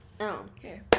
Okay